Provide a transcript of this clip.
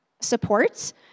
supports